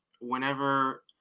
whenever